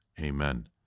Amen